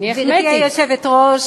גברתי היושבת-ראש,